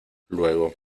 luego